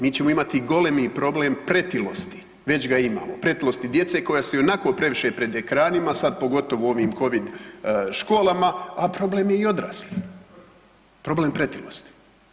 Mi ćemo imati golemi problem pretilosti, već ga imamo, pretilosti djece koja su ionako previše pred ekranima, sad pogotovo u ovim covid školama, a problem je i odraslih problem pretilosti.